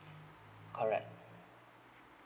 correct